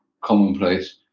commonplace